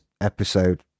episode